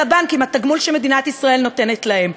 הבנק עם התגמול שמדינת ישראל נותנת להם.